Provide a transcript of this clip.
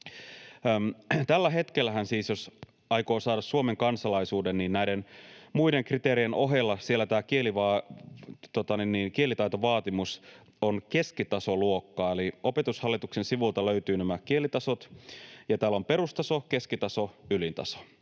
Tällä hetkellähän siis, jos aikoo saada Suomen kansalaisuuden, niin näiden muiden kriteerien ohella siellä tämä kielitaitovaatimus on keskitasoluokkaa. Eli Opetushallituksen sivuilta löytyvät nämä kielitasot. Täällä on perustaso, keskitaso, ylin taso,